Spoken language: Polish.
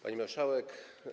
Pani Marszałek!